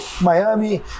miami